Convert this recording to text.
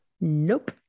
Nope